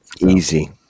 Easy